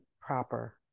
proper